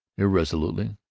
irresolutely,